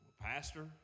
Pastor